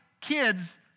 kids